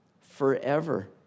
forever